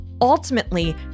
ultimately